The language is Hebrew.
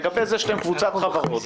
לגבי זה שאתם קבוצה של חברות.